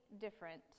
different